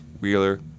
Wheeler